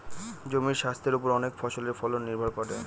জমির স্বাস্থের ওপর অনেক ফসলের ফলন নির্ভর করে